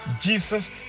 Jesus